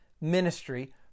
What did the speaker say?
ministry